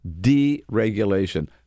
deregulation